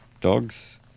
Dogs